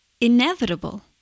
inevitable